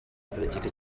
politiki